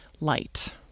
light